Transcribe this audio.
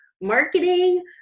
marketing